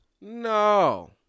no